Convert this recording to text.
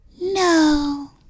No